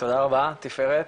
תודה רבה תפארת.